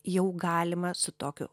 jau galima su tokiu